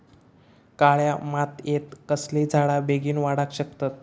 काळ्या मातयेत कसले झाडा बेगीन वाडाक शकतत?